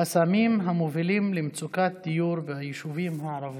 בנושא: חסמים המובילים למצוקת דיור ביישובים הערביים.